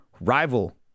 rival